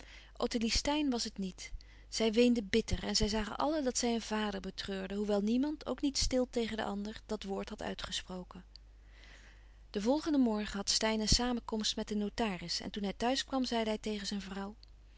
ottilie steyn was het niet zij weende bitter en zij zagen allen dat zij een vader betreurde hoewel niemand ook niet stil tegen den ander dat woord had uitgesproken den volgenden morgen had steyn een samenkomst met den notaris en toen hij thuis kwam zeide hij tegen zijn vrouw